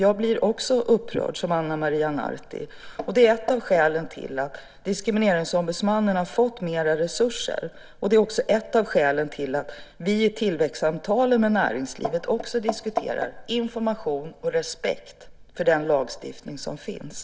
Jag blir, precis som Ana Maria Narti, upprörd över detta. Det är ett av skälen till att Diskrimineringsombudsmannen fått mer resurser, och det är också ett av skälen till att vi i tillväxtsamtalen med näringslivet diskuterar frågan om information och respekt för den lagstiftning som finns.